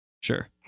sure